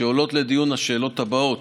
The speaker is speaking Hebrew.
ועולות לדיון השאלות הבאות: